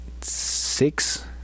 six